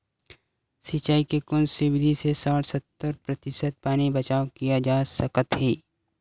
सिंचाई के कोन से विधि से साठ सत्तर प्रतिशत पानी बचाव किया जा सकत हे?